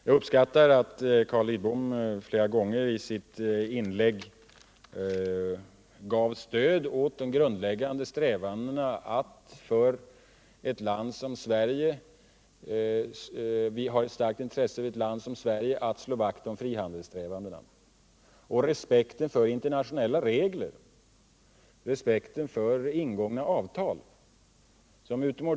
Jag uppskattar att Carl Lidbom flera gånger i sitt inlägg gav stöd åt de grundläggande strävandena att slå vakt om frihandeln, vilket är ett starkt intresse för ett land som Sverige, och respekten för internationella regler och ingångna avtal.